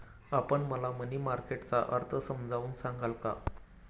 आपण मला money market चा अर्थ समजावून सांगाल का?